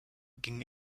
ging